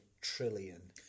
trillion